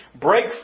Break